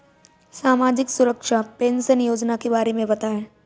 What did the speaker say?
सामाजिक सुरक्षा पेंशन योजना के बारे में बताएँ?